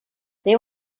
they